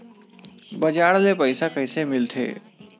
बजार ले पईसा कइसे मिलथे?